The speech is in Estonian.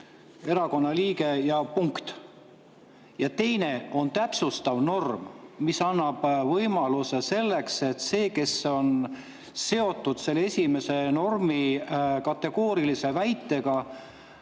erakonna liige ja punkt. Teine on täpsustav norm, mis annab võimaluse selleks, et see, kes on seotud selle esimese normi kategoorilise väitega,